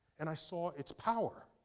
and i saw its power